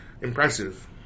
Impressive